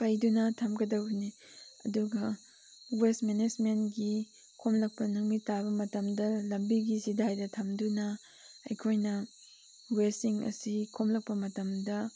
ꯄꯩꯗꯨꯅ ꯊꯝꯒꯗꯕꯅꯤ ꯑꯗꯨꯒ ꯋꯦꯁ ꯃꯦꯅꯦꯖꯃꯦꯟꯒꯤ ꯈꯣꯝꯂꯛꯄ ꯅꯨꯃꯤꯠ ꯇꯥꯕ ꯃꯇꯝꯗ ꯂꯝꯕꯤꯒꯤ ꯆꯤꯗꯥꯏꯗ ꯊꯝꯗꯨꯅ ꯑꯩꯈꯣꯏꯅ ꯋꯦꯁꯁꯤꯡ ꯑꯁꯤ ꯈꯣꯝꯂꯛꯄ ꯃꯇꯝꯗ